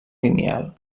lineal